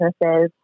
businesses